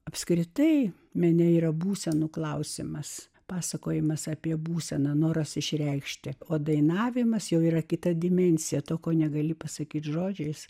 apskritai mene yra būsenų klausimas pasakojimas apie būseną noras išreikšti o dainavimas jau yra kita dimensija to ko negali pasakyti žodžiais